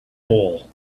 hole